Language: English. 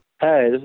Hey